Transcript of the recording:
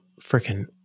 freaking